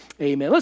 amen